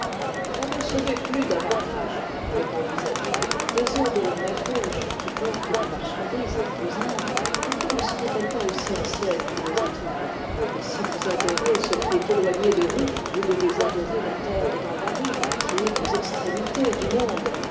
vous recevez plus d'avantages répondit zadig des eaux de la mer rouge qui porte vos marchandises aux indes pourquoi ne serait-elle pas aussi ancienne que les étoiles et si vous adorez ce qui est éloigné de vous vous devez adorer la terre des gangarides qui est aux extrémités du monde